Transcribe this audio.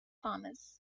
farmers